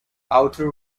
outer